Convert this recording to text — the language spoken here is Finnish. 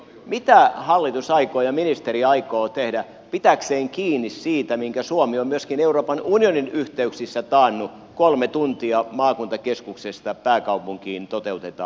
mitä hallitus ja ministeri aikovat tehdä pitääkseen kiinni siitä minkä suomi on myöskin euroopan unionin yhteyksissä taannut siitä että kolme tuntia maakuntakeskuksesta pääkaupunkiin toteutetaan